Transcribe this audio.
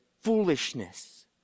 foolishness